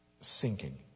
sinking